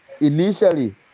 initially